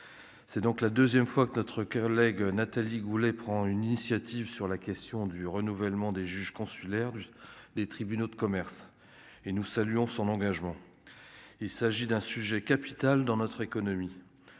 c'est donc la deuxième fois que notre coeur leg Nathalie Goulet prend une initiative sur la question du renouvellement des juges consulaires des tribunaux de commerce et nous saluons son engagement, il s'agit d'un sujet capital dans notre économie,